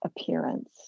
appearance